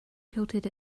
tilted